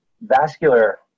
vascular